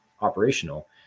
operational